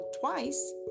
twice